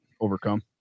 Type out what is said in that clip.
overcome